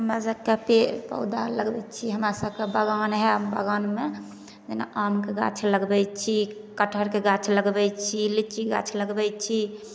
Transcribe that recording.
हमरा सभके पेड़ पौधा लगबै छी हमरा सभके बगान हइ बगानमे जेना आमके गाछ लगबै छी कठहरके गाछ लगबै छी लीची गाछ लगबै छी